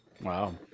Wow